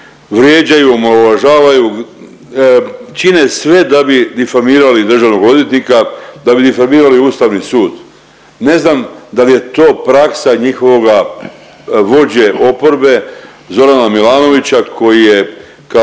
vrijeđaju, omalovažavaju, čine sve da bi difamirali državnog odvjetnika, da bi difamirali Ustavni sud. Ne znam dal je to praksa njihovoga vođe oporbe Zorana Milanovića koji je kao